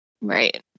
Right